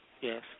Yes